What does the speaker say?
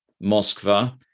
Moskva